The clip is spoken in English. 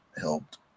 helped